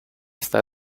está